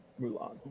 Mulan